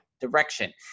direction